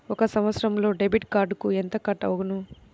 ఒక సంవత్సరంలో డెబిట్ కార్డుకు ఎంత కట్ అగును?